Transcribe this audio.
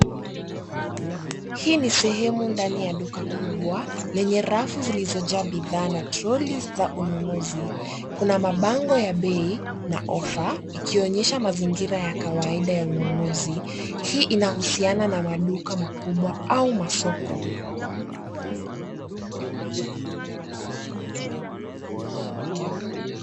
Hii ni sehemu ndani ya duka kubwa lenye rafu zilizojaa bidhaa na trolley za ununuzi. Kuna mabango ya bei na ofa ikionyesha mazingira ya kawaida ya ununuzi. Hii inahusiana na maduka makubwa au masoko.